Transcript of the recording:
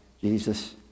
Jesus